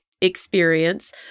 experience